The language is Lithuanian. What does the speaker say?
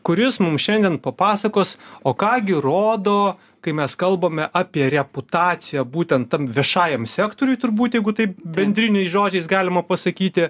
kuris mum šiandien papasakos o ką gi rodo kai mes kalbame apie reputaciją būtent tam viešajam sektoriui turbūt jeigu tai bendriniais žodžiais galima pasakyti